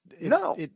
No